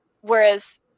whereas